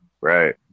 Right